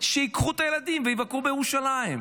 שייקחו את הילדים ויבקרו בירושלים.